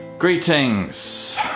Greetings